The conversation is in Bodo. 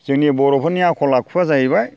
जोंनि बर'फोरनि आखल आखुआ जाहैबाय